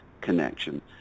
connection